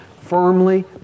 firmly